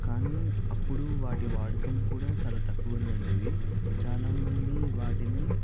కానీ అప్పుడు వాటి వాడకం కూడా చాలా తక్కువనే ఉండేవి చాలా మంది వాటిని